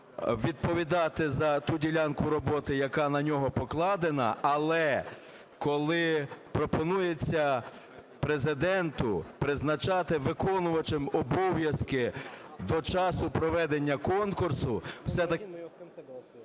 відповідати за ту ділянку роботи, яка на нього покладена. Але коли пропонується Президенту призначати виконувачем обов’язки до часу проведення конкурсу, все-таки…